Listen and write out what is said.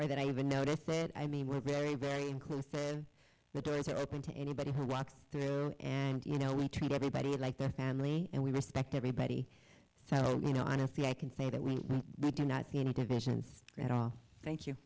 or that i haven't noticed it i mean we're very very inclusive the doors are open to anybody who walks through and you know we treat everybody like their family and we respect everybody so you know honestly i can say that we do not see any divisions at all thank you